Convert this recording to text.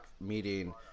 meeting